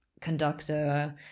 Conductor